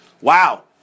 wow